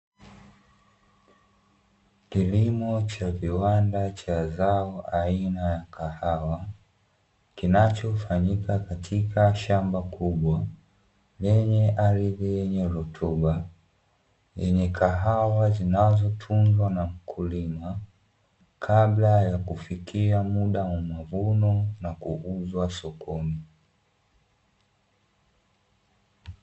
Kilimo cha viwanda cha zao aina ya kahawa kinachofanyika katika shamba kubwa lenye ardhi ya rutuba, yenye kahawa zinazotunzwa na mkulima kabla ya kufikia muda wa mavuno na kuuzwa sokoni.